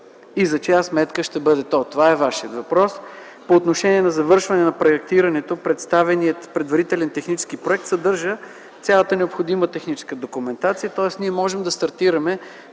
и за чия сметка ще бъде то – това е Вашият въпрос. По отношение завършването на проектирането, представеният предварителен технически проект съдържа цялата необходима техническа документация, т.е. можем да стартираме